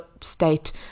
state